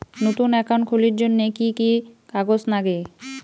নতুন একাউন্ট খুলির জন্যে কি কি কাগজ নাগে?